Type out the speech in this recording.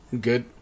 Good